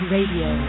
Radio